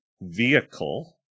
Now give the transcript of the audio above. vehicle